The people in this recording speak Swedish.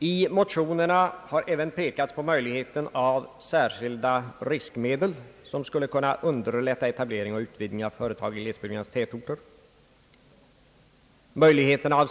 I motionerna har även pekats på möjligheten av särskilda riskmedel som skulle underlätta etablering och utvidgning av företag i glesbygdernas tätorter.